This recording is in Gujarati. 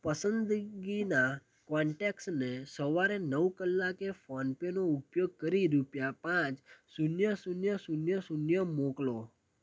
પસંદગીના કોન્ટેક્ટસને સવારે નવ કલાકે ફોનપેનો ઉપયોગ કરી રૂપિયા પાંચ શૂન્ય શૂન્ય શૂન્ય શૂન્ય મોકલો